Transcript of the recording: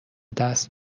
دست